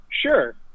sure